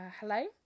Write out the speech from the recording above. Hello